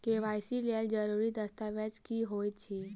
KYC लेल जरूरी दस्तावेज की होइत अछि?